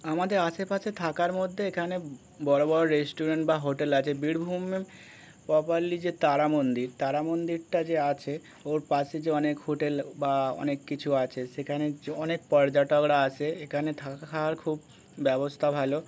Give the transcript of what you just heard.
আমাদের আশেপাশে থাকার মধ্যে এখানে বড়ো বড়ো রেস্টুরেন্ট বা হোটেল আছে বীরভূমে প্রপার্লি যে তারা মন্দির তারা মন্দিরটা যে আছে ওর পাশে যে অনেক হোটেল বা অনেক কিছু আছে সেখানে যে অনেক পর্যটকরা আসে এখানে থাকা খাওয়ার খুব ব্যবস্থা ভালো